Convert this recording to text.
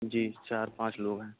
جی چار پانچ لوگ ہیں